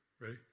Ready